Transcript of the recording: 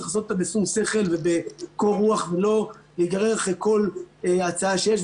צריך לעשות אותה בשום שכל ובקור רוח ולא להיגרר אחר כל הצעה שיש.